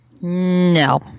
no